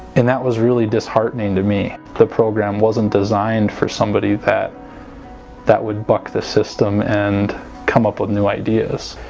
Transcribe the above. and that was really disheartening to me the program wasn't designed for somebody that that would buck the system and come up with new ideas.